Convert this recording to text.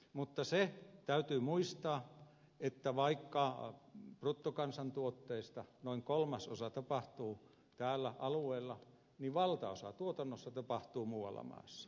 mutta se täytyy muistaa että vaikka bruttokansantuotteesta noin kolmasosa tapahtuu tällä alueella niin valtaosa tuotannosta tapahtuu muualla maassa